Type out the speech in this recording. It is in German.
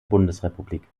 bundesrepublik